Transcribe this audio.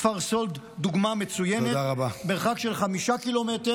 כפר סאלד, דוגמה מצוינת, הוא במרחק של 5 קילומטר.